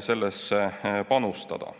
sellesse panustada.